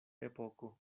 epoko